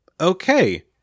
okay